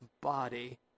body